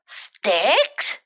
sticks